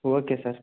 okay sir